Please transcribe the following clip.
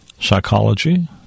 psychology